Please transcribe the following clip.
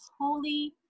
holy